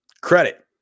credit